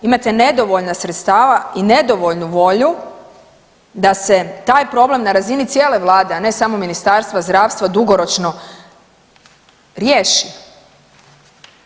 Imate nedovoljno sredstava i nedovoljnu volju da se taj problem na razini cijele vlade, a ne samo Ministarstva zdravstva dugoročno riješi.